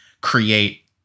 create